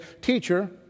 Teacher